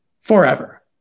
forever